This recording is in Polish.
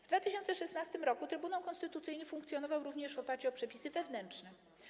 W 2016 r. Trybunał Konstytucyjny funkcjonował również w oparciu o przepisy wewnętrzne.